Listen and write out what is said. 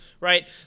Right